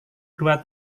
dua